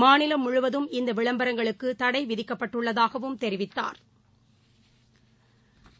மாநிலம் முழுவதும் இந்த விளம்பரங்களுக்கு தடை விதிக்கப்பட்டுள்ளதாகவும் தெரிவித்தாா்